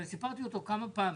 ואני סיפרתי אותו כמה פעמים,